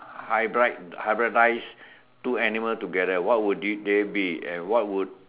hybrid hybridized two animals together what would it they be and what would